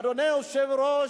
אדוני היושב-ראש,